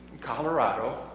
Colorado